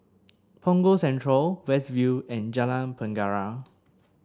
Punggol Central West View and Jalan Penjara